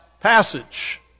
passage